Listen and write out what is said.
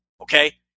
okay